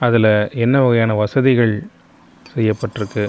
அதில் என்ன வகையான வசதிகள் செய்யப்பட்டிருக்கு